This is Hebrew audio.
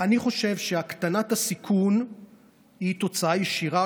אני חושב שהקטנת הסיכון היא תוצאה ישירה